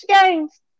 Games